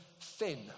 thin